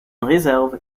réserve